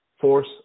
force